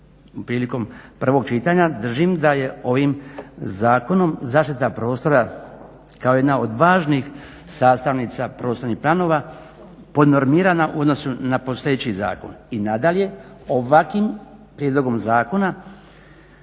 prvog čitanja. Držim da je ovim zakonom zaštita prostora kao jedna od važnih sastavnica prostornih planova podnormirana u odnosu na postojeći zakon. I nadalje ovakvim prijedlogom zakona,